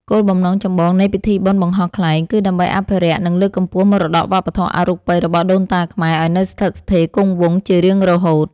គោលបំណងចម្បងនៃពិធីបុណ្យបង្ហោះខ្លែងគឺដើម្បីអភិរក្ស និងលើកកម្ពស់មរតកវប្បធម៌អរូបីរបស់ដូនតាខ្មែរឱ្យនៅស្ថិតស្ថេរគង់វង្សជារៀងរហូត។